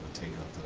take up